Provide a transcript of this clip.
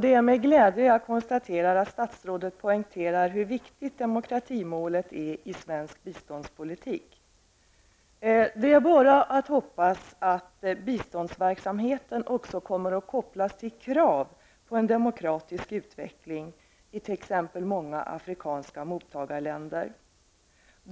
Det är med glädje jag konstaterar att statsrådet poängterar hur viktigt demokratimålet är i svensk biståndspolitik. Det är bara att hoppas att biståndsverksamheten också kommer att kopplas till krav på en demokratisk utveckling i t.ex. många afrikanska mottagarländer.